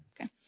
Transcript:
Okay